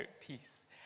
peace